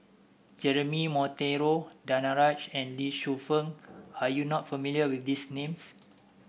Jeremy Monteiro Danaraj and Lee Shu Fen are you not familiar with these names